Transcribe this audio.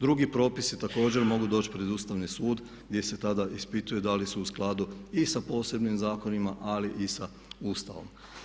Drugi propisi također mogu doći pred Ustavni sud gdje se tada ispituje da li se u skladu i sa posebnim zakonima ali i sa Ustavom.